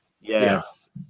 Yes